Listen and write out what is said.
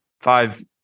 five